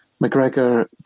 McGregor